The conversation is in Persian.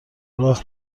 راه